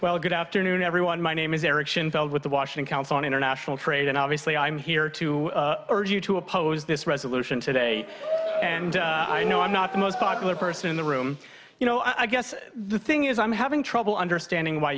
well good afternoon everyone my name is eric with the washing council on international trade and obviously i'm here to urge you to oppose this resolution today and i know i'm not the most popular person in the room you know i guess the thing is i'm having trouble understanding why